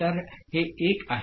तर हे 1 आहे